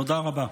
תודה רבה.